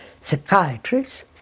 psychiatrists